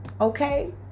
Okay